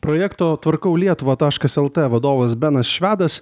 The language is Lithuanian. projekto tvarkau lietuvą taškas lt vadovas benas švedas